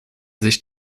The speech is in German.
sich